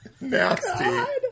Nasty